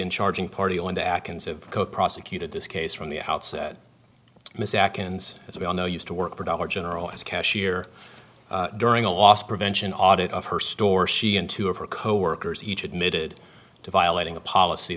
and charging party on the actions of prosecuted this case from the outset miss ak and as we all know used to work for dollar general as cashier during a loss prevention audit of her store she and two of her coworkers each admitted to violating a policy